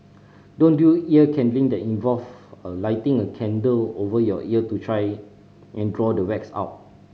don't do ear candling that involve a lighting a candle over your ear to try and draw the wax out